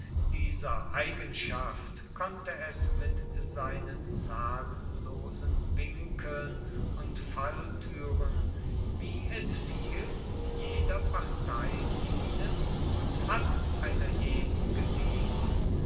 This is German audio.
dieser eigenschaft konnte es mit seinen zahllosen winkeln und falltüren wie es fiel jeder partei dienen und hat einer jeden gedient